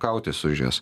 kautis už jas